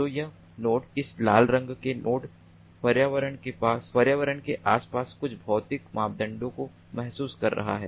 तो यह नोड इस लाल रंग के नोड पर्यावरण के आसपास कुछ भौतिक मापदंडों को महसूस कर रहा है